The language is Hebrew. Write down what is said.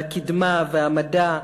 והקידמה והמדע,